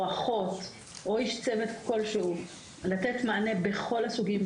אחות או איש צוות כלשהו לתת מענה בכל הסוגים,